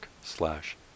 slash